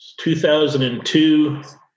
2002